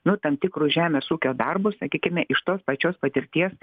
nu tam tikrus žemės ūkio darbus sakykime iš tos pačios patirties